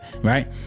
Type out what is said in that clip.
Right